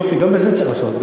יופי, גם בזה צריך לעשות.